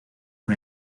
con